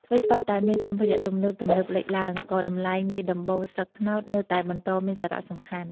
ថ្វីត្បិតតែមានសម្ភារៈទំនើបៗលេចឡើង ក៏តម្លៃនៃដំបូលស្លឹកត្នោតនៅតែបន្តមានសារៈសំខាន់។